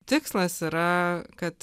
tikslas yra kad